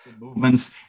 movements